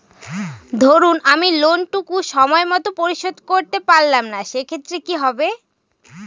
ধরুন আমি লোন টুকু সময় মত পরিশোধ করতে পারলাম না সেক্ষেত্রে কি হবে?